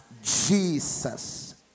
Jesus